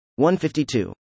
152